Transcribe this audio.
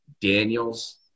Daniels